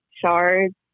shards